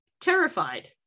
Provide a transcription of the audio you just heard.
terrified